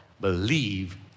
Believe